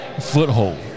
foothold